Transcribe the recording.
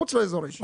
מחוץ לאזור האישי.